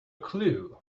clue